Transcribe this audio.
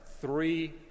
three